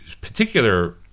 particular